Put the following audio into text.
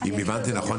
אם הבנתי נכון,